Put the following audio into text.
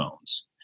phones